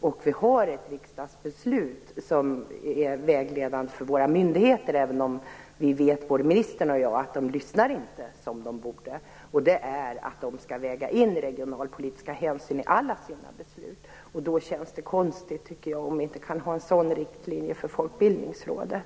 Det finns ett riksdagsbeslut som är vägledande för våra myndigheter, även om både ministern och jag vet att de inte lyssnar som de borde. Det innebär att de skall väga in regionalpolitiska hänsyn i alla sina beslut. Då känns det konstigt om vi inte kan ha en sådan riktlinje för Folkbildningsrådet.